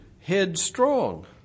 headstrong